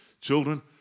children